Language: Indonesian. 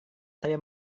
saya